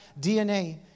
DNA